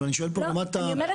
אבל אני שואל פה לגבי הזמנים,